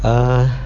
err